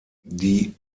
die